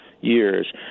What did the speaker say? years